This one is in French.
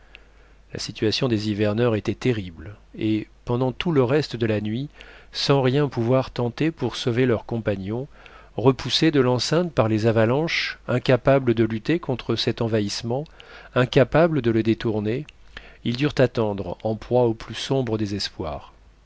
la situation des hiverneurs était terrible et pendant tout le reste de la nuit sans rien pouvoir tenter pour sauver leurs compagnons repoussés de l'enceinte par les avalanches incapables de lutter contre cet envahissement incapables de le détourner ils durent attendre en proie au plus sombre désespoir